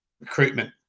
recruitment